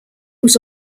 was